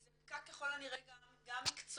זה פקק ככל הנראה גם מקצועי.